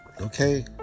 Okay